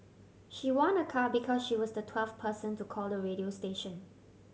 she won a car because she was the twelfth person to call the radio station